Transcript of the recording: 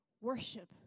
worship